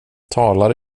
talar